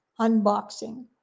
unboxing